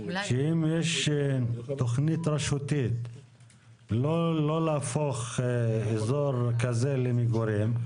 שאם יש תכנית רשותית לא להפוך אזור כזה למגורים,